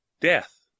death